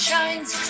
shines